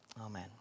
Amen